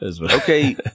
okay